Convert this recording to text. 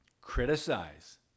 Criticize